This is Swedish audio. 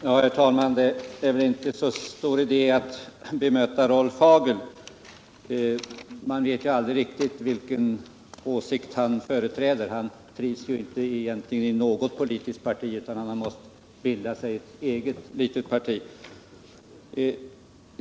Herr talman! Det är väl inte så stor idé att bemöta Rolf Hagel. Man vet aldrig riktigt vilken åsikt han företräder. Han trivs ju egentligen inte i något politiskt parti, utan han har måst bilda sig ett eget litet parti.